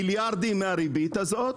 מיליארדים מהריבית הזו,